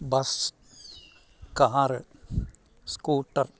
bus car scooter